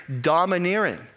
domineering